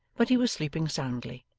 but he was sleeping soundly,